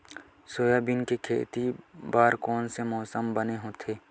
Soybean के खेती बर कोन से मौसम बने होथे?